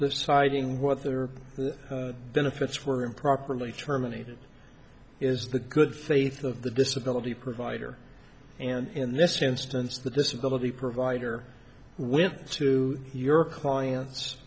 deciding what their benefits were improperly terminated is the good faith of the disability provider and in this instance the disability provider went to your client